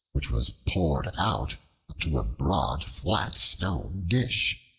which was poured out into a broad flat stone dish.